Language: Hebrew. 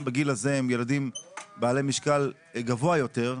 בגיל הזה הם ילדים בעלי משקל גבוה יותר,